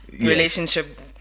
relationship